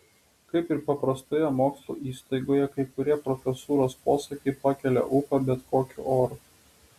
kaip ir paprastoje mokslo įstaigoje kai kurie profesūros posakiai pakelia ūpą bet kokiu oru